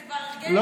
זה כבר הרגל.